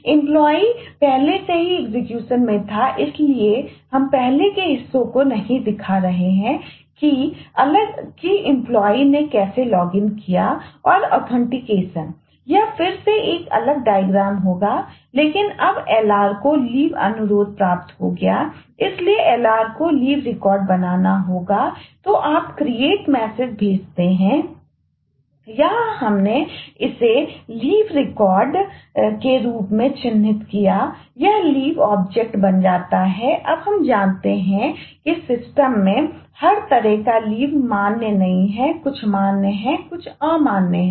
employee मान्य नहीं है कुछ मान्य है कुछ अमान्य है